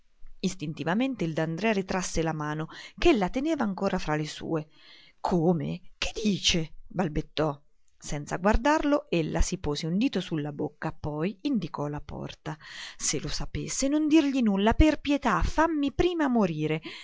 istintivamente il d'andrea ritrasse la mano ch'ella teneva ancora tra le sue come che dice balbettò senza guardarlo ella si pose un dito su la bocca poi indicò la porta se lo sapesse non dirgli nulla per pietà fammi prima morire